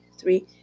three